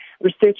Research